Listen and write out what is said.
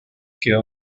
quedó